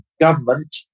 government